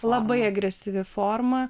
labai agresyvi forma